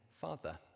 Father